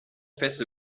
faced